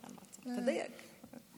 תדייק.